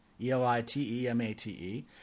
E-L-I-T-E-M-A-T-E